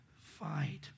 fight